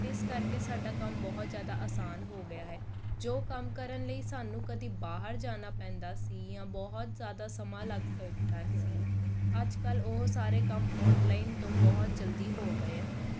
ਇਸ ਕਰਕੇ ਸਾਡਾ ਕੰਮ ਬਹੁਤ ਜ਼ਿਆਦਾ ਆਸਾਨ ਹੋ ਗਿਆ ਹੈ ਜੋ ਕੰਮ ਕਰਨ ਲਈ ਸਾਨੂੰ ਕਦੀ ਬਾਹਰ ਜਾਣਾ ਪੈਂਦਾ ਸੀ ਜਾਂ ਬਹੁਤ ਜ਼ਿਆਦਾ ਸਮਾਂ ਲੱਗ ਸਕਦਾ ਸੀ ਅੱਜ ਕੱਲ੍ਹ ਉਹ ਸਾਰੇ ਕੰਮ ਔਨਲਾਈਨ ਤੋਂ ਬਹੁਤ ਜਲਦੀ ਹੋ ਗਏ ਹਨ